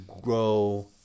grow